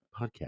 podcast